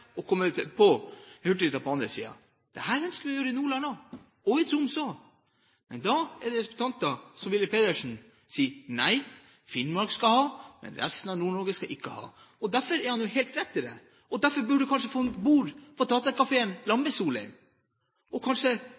og kommer på Hurtigruta igjen på den andre siden. Dette ønsker vi å gjøre i Nordland og Troms også. Men da er det representanter, som Willy Pedersen, som sier: Nei, Finnmark skal ha lov, men resten av Nord-Norge skal ikke ha lov. Det har han helt rett i, og derfor burde han kanskje få et bord på Theatercaféen i lag med Solheim. Kanskje